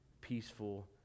peaceful